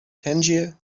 tangier